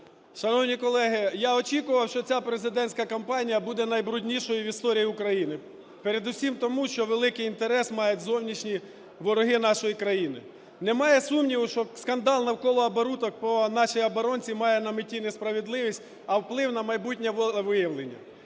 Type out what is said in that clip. Шановні колеги, я очікував, що ця президентська кампанія буде найбруднішою в історії України, передусім тому, що великий інтерес мають зовнішні вороги нашої країни. Немає сумніву, що скандал навколо оборудок по нашій оборонці має на меті не справедливість, а вплив на майбутнє волевиявлення.